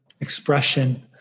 expression